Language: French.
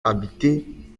habitée